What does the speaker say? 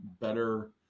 better